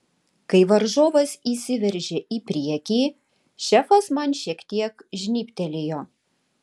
kai varžovas įsiveržė į priekį šefas man šiek tiek žnybtelėjo